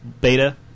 beta